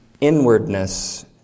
inwardness